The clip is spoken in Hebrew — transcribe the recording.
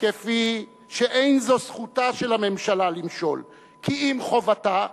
כפי שאין זו זכותה של הממשלה למשול, כי אם חובתה,